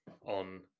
on